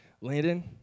Landon